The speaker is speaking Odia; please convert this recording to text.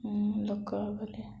ମୁଁ ଲୋକ ଗଲେ